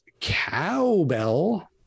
cowbell